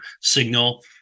signal